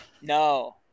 No